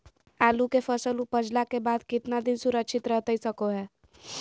आलू के फसल उपजला के बाद कितना दिन सुरक्षित रहतई सको हय?